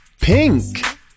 Pink